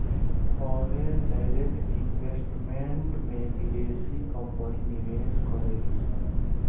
foreign direct investment में बिदेसी company निवेश करेलिसन